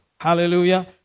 Hallelujah